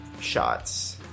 shots